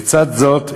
לצד זאת,